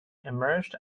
emerged